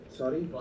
sorry